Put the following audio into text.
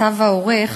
כתב העורך,